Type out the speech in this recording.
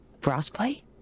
Frostbite